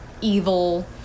evil